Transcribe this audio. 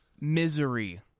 Misery